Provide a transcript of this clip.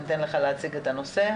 אני אתן לך להציג את הנושא.